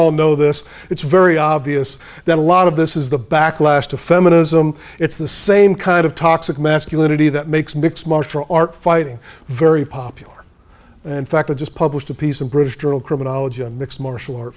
all know this it's very obvious that a lot of this is the backlash to feminism it's the same kind of toxic masculinity that makes mixed martial arts fighting very popular in fact i just published a piece in british journal criminology a mixed martial ar